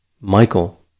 Michael